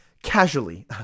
casually